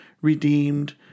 redeemed